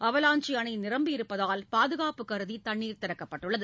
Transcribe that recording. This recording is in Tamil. அவலாஞ்சி அணை நிரம்பியிருப்பதால் பாதுகாப்பு கருதி தண்ணீர் திறக்கப்பட்டுள்ளது